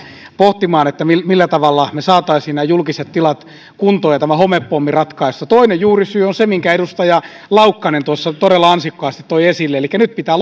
pohtimaan millä millä tavalla me saisimme nämä julkiset tilat kuntoon ja tämän homepommin ratkaistua toinen juurisyy on se minkä edustaja laukkanen todella ansiokkaasti toi esille elikkä nyt pitää